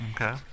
Okay